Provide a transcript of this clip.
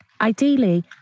Ideally